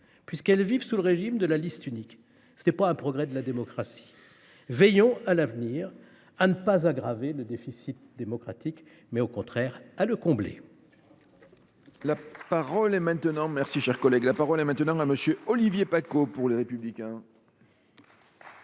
puisqu’elles vivent sous le régime de la liste unique. Ce n’est pas un progrès de la démocratie. Veillons à l’avenir non pas à aggraver le déficit démocratique, mais au contraire à le combler.